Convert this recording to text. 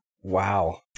Wow